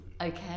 Okay